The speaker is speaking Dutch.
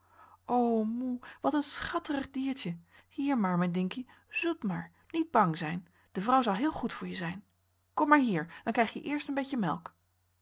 moe wat een schatterig diertje hier maar mijn dinkie zoet maar niet bang zijn de vrouw zal heel goed voor je zijn kom maar hier dan krijg je eerst een beetje melk